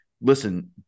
listen